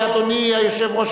אדוני היושב-ראש,